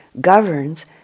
governs